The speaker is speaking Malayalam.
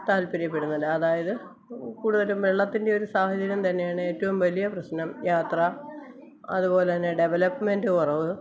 താല്പര്യപെടുന്നില്ല അതായത് കൂടുതലും വെള്ളത്തിൻ്റെ ഒരു സാഹചര്യം തന്നെയാണ് ഏറ്റവും വലിയ പ്രശ്നം യാത്ര അതുപോലെന്നെ ഡെവലപ്മെൻറ്റ് കുറവ്